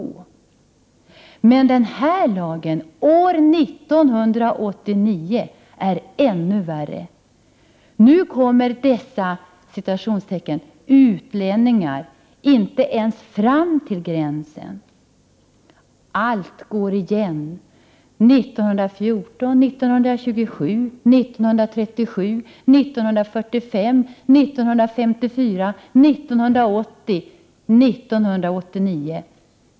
Men den här lagen, år 1989, är ännu värre. Nu kommer dessa ”utlänningar” inte ens fram till gränsen! Allt går igen: 1914, 1927, 1937, 1945, 1954, 1980, 1989!